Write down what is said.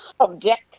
subject